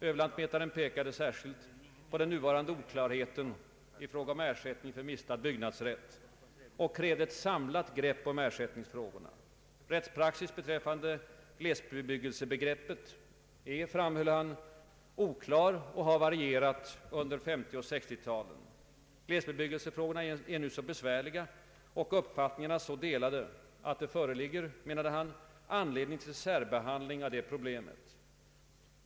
Överlantmätaren pekade särskilt på den nuvarande oklarheten i fråga om ersättning för mistad byggnadsrätt och krävde ett samlat grepp om ersättningsfrågorna. Rättspraxis beträffande glesbebyggelsebegreppet är — framhöll han — oklar och har varierat under 1950 och 1960-talen. Glesbebyggelsebegreppet är nu så besvärligt och uppfattningarna så delade, att det föreligger — menade han — anledning till särbehandling av detta problem.